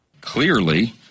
Clearly